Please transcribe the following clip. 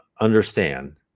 understand